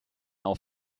auch